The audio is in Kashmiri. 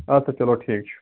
اَدٕ سا چلو ٹھیٖک چھُ